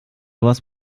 etwas